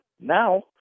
now